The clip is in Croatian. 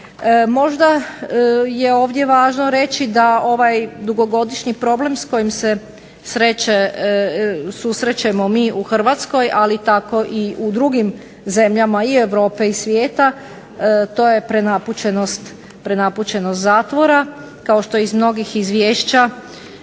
Možda je ovdje važno reći da ovaj dugogodišnji problem s kojim s susrećemo mi u Hrvatskoj ali tako i u drugim zemljama i svijeta to je prenapučenost zatvora. Kao što iz mnogih izvješća